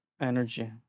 Energy